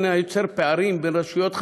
שנוצר ברבות השנים.